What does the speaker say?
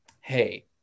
hey